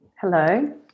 Hello